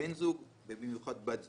בן זוג ובמיוחד באלימות כנגד בת זוג.